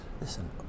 Listen